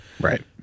Right